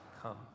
come